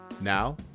Now